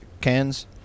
Cans